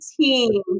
team